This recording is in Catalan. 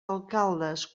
alcaldes